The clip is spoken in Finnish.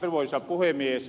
arvoisa puhemies